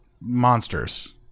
Monsters